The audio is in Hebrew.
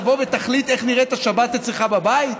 שתבוא ותחליט איך נראית השבת אצלך בבית?